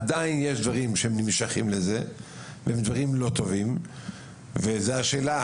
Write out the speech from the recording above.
עדיין יש דברים שנמשכים לזה והם דברים לא טובים וזה השאלה,